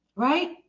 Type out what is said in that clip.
Right